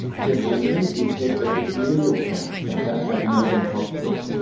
geoff lindeman is head of the familial cancer centre at melbourne hospital,